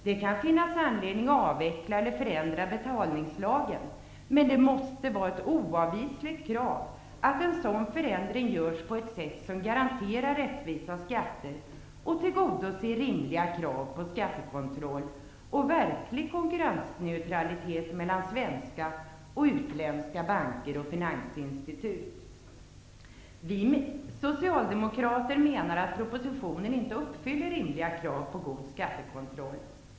Det kan finnas anledning att avveckla eller förändra betalningslagen, men det måste vara ett oavvisligt krav att en sådan förändring görs på ett sätt som garanterar rättvisa skatter, tillgodoser rimliga krav på en skattekontroll och verklig konkurrensneutralitet mellan svenska och utländska banker och finansinstitut. Vi socialdemokrater menar att propositionen inte uppfyller rimliga krav på god skattekontroll.